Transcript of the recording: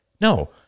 No